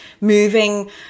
moving